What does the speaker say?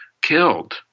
killed